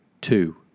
two